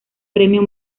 premio